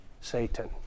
Satan